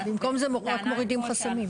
במקום זה, הם רק מורידים חסמים.